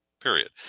period